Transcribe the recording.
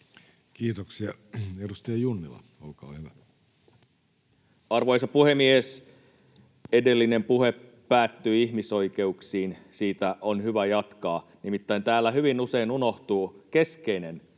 muuttamisesta Time: 18:26 Content: Arvoisa puhemies! Edellinen puhe päättyi ihmisoikeuksiin. Siitä on hyvä jatkaa, nimittäin täällä hyvin usein unohtuu keskeinen perustuslain